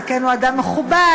זקן הוא אדם מכובד.